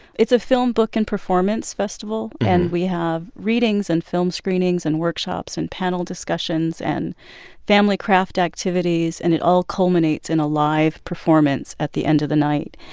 it's a film, book and performance festival. and we have readings and film screenings and workshops and panel discussions and family craft activities. and it all culminates in a live performance at the end of the night.